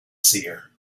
seer